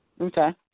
Okay